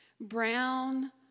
brown